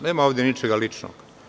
Nema ovde ničega lično.